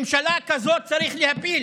ממשלה כזאת צריך להפיל,